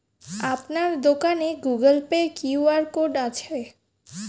আপনার দোকানে Google Pay QR code আছে?